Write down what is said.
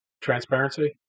transparency